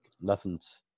Nothing's